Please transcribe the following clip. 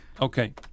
Okay